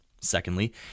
Secondly